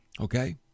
okay